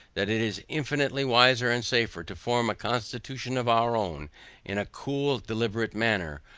that it is infinitely wiser and safer, to form a constitution of our own in a cool deliberate manner,